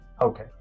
okay